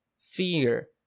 Fear